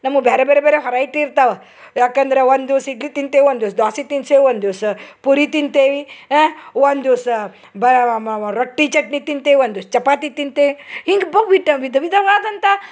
ನಮಗ್ ಬ್ಯಾರೆ ಬೇರೆ ಬೇರೆ ಹೊರೈಟಿ ಇರ್ತಾವ ಯಾಕಂದ್ರ ಒಂದಿವ್ಸ ಇಡ್ಲಿ ತಿಂತೇವೆ ಒಂದಿವ್ಸ ದ್ವಾಸಿ ತಿನ್ಸೇವೆ ಒಂದಿವಸ ಪೂರಿ ತಿಂತೇವಿ ಒಂದಿವಸ ಬ ರೊಟ್ಟಿ ಚಟ್ನಿ ತಿಂತೇವೆ ಒಂದಿವ್ಸ ಚಪಾತಿ ತಿಂತೆ ಹಿಂಗೆ ಬೌ ವಿಟ ವಿಧ ವಿಧವಾದಂಥ